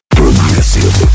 progressive